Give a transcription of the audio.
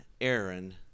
Aaron